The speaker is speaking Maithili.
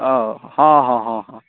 ओ हँ हँ हँ हँ